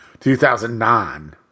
2009